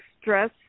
stress